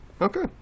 Okay